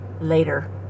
later